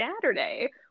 Saturday